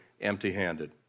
empty-handed